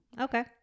okay